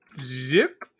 Zip